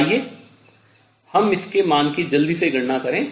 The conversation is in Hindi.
आइए हम इसके मान की जल्दी से गणना करें